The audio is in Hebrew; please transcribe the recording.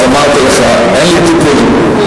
אז אמרתי לך, אין לי טיפולים.